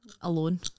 alone